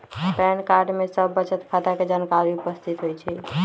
pan card में सभ बचत खता के जानकारी उपस्थित होइ छइ